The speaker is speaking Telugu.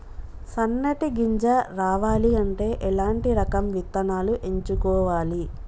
సన్నటి గింజ రావాలి అంటే ఎలాంటి రకం విత్తనాలు ఎంచుకోవాలి?